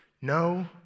No